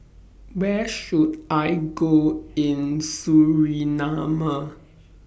Where should I Go in Suriname